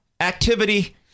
Activity